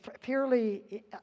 purely